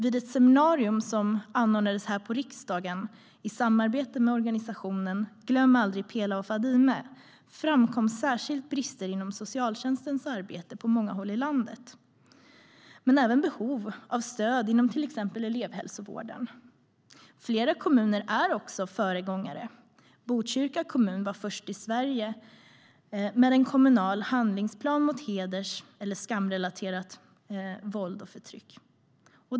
Vid ett seminarium som anordnades här i riksdagen i samarbete med organisationen Glöm aldrig Pela och Fadime framkom särskilt brister inom socialtjänstens arbete på många håll i landet men även behov av stöd inom till exempel elevhälsovården. Flera kommuner är också föregångare. Botkyrka kommun var först i Sverige med en kommunal handlingsplan mot heders eller skamrelaterat våld och förtryck.